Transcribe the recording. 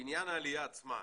לעניין העלייה עצמה.